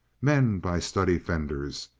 men by study-fenders,